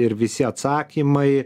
ir visi atsakymai